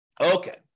Okay